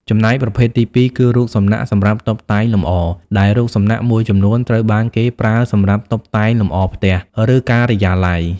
ចំណែកប្រភេទទីពីរ គឺរូបសំណាកសម្រាប់តុបតែងលម្អ ដែលរូបសំណាកមួយចំនួនត្រូវបានគេប្រើសម្រាប់តុបតែងលម្អផ្ទះ ឬការិយាល័យ។